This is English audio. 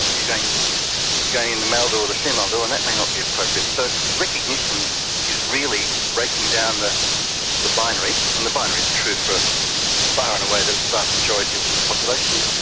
are you going going in the male door or the female door and that may not be appropriate. so, recognition is really breaking down the the binary, and the binary is true for far and away the vast majority of the population,